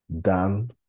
done